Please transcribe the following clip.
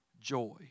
joy